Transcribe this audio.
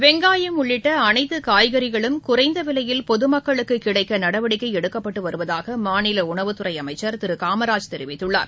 வெங்காயம் உள்ளிட்ட அனைத்து காய்கறிகளும் குறைந்த விலையில் பொது மக்களுக்கு கிடைக்க நடவடிக்கை எடுத்து வருவதாக மாநில உணவுத் துறை அமைச்சர் திரு காமராஜ் தெரிவித்துள்ளார்